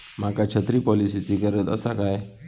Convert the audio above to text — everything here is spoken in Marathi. माका छत्री पॉलिसिची गरज आसा काय?